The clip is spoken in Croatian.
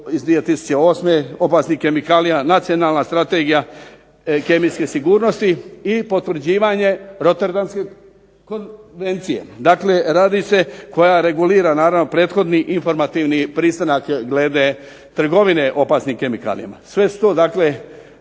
iz 2008. opasnih kemikalija, nacionalna strategija kemijske sigurnosti i potvrđivanje Roterdamske konvencije, dakle radi se, koja regulira naravno prethodni informativni pristanak glede trgovine opasnim kemikalijama, sve su to dakle